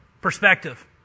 Perspective